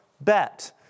Bet